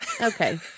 okay